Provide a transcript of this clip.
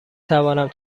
توانم